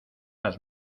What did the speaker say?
las